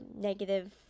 negative